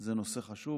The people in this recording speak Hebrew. זה נושא חשוב,